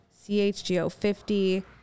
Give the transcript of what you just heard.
CHGO50